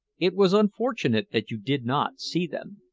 it was unfortunate that you did not see them.